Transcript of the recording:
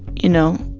you know?